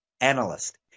analyst